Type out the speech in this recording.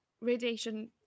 radiation